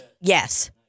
yes